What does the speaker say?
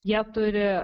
jie turi